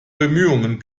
bemühungen